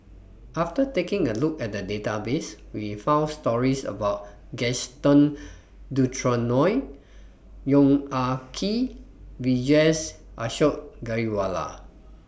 after taking A Look At The Database We found stories about Gaston Dutronquoy Yong Ah Kee and Vijesh Ashok Ghariwala